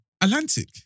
Atlantic